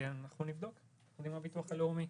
נבדוק עם הביטוח הלאומי.